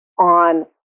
on